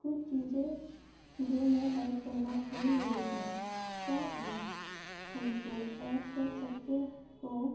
کچھ چیزیں جو میں ایڈ کرنا بھول گئی ہوں کیا آپ ان کو ایڈ کر سکتے ہو